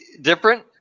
different